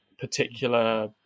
particular